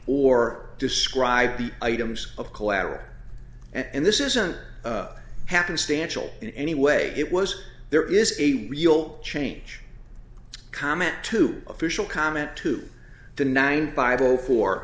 or describe the items of collateral and this isn't happenstance will in any way it was there is a real change comment to official comment to the nine bible for